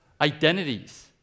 identities